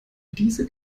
diese